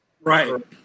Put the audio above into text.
Right